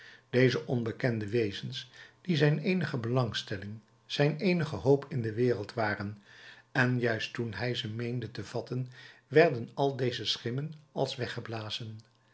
deze onbekende wezens die zijn eenige belangstelling zijn eenige hoop in de wereld waren en juist toen hij ze meende te vatten werden al deze schimmen als weggeblazen